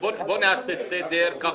בואו נעשה סדר כדי